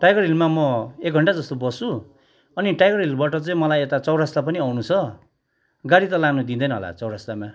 tiger हिलमा म एक घन्टा जस्तो बस्छु अनि टाइगर हिलबाट चाहिँ मलाई चौरास्ता पनि आउनु छ गाडी त लानु दिँदैन होला चौरास्तामा